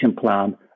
plan